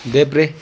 देब्रे